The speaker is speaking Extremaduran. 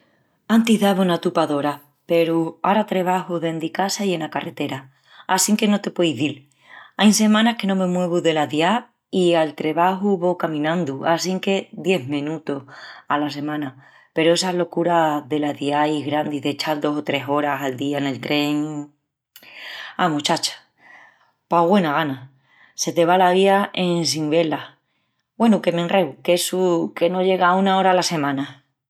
Antis dava una tupa d'oras peru ara trebaju dendi casa i ena carretera, assinque no te pueu izil. Ain semanas que no me muevu dela ciá i al trebaju vo caminandu assinque dies menutus ala semana. Peru essas locuras delas ciais grandis d'echal dos o tres oras al día nel tren... amus, chacha! Pa güena gana! Se te va la vida en sin ve-la. Güenu, que m'enreu, qu'essu, que no llega a una ora la semana.